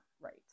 right